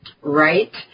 Right